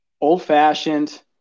old-fashioned